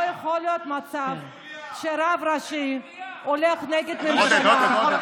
לא יכול להיות מצב שרב ראשי הולך נגד ממשלה,